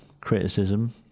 criticism